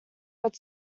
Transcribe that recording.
but